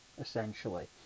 essentially